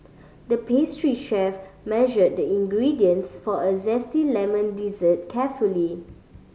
the pastry chef measured the ingredients for a zesty lemon dessert carefully